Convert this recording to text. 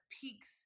peaks